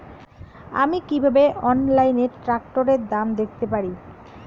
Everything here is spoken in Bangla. আমি কিভাবে অনলাইনে ট্রাক্টরের দাম দেখতে পারি?